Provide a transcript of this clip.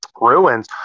ruins